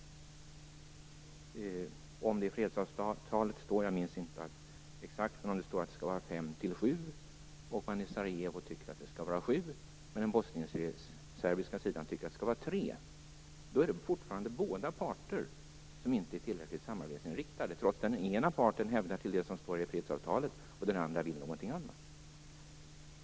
Jag minns inte exakt vad det står i fredsavtalet, men det kan vara 5-7. Men i Sarajevo tycker man att det skall vara sju, och den bosnienserbiska sidan tycker att det skall vara tre. Då är det fortfarande båda parter som inte är tillräckligt samarbetsinriktade, trots att den ena parten hävdar vad som står i fredsavtalet och den andra parten vill något annat.